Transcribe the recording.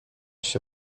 się